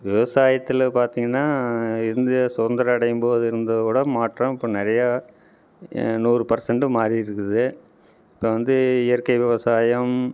விவாசாயத்தில் பார்த்திங்கன்னா இந்தியா சுதந்திரம் அடையும் போது இருந்ததை விட மாற்றம் இப்போ நிறையா நூறு பர்சென்ட்டு மாறி இருக்குது இப்போ வந்து இயற்கை விவசாயம்